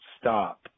stop